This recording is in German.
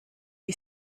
die